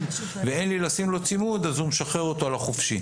אבל מאחר ואין לי לשים לו צימוד - לכן הוא משחרר אותו לחופשי.